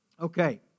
Okay